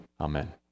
Amen